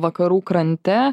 vakarų krante